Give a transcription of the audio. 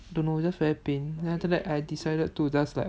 I don't know just very pain so I decided to just like